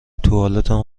توالتم